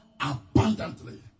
abundantly